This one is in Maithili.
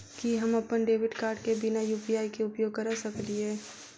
की हम अप्पन डेबिट कार्ड केँ बिना यु.पी.आई केँ उपयोग करऽ सकलिये?